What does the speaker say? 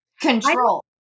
control